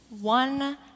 One